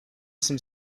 some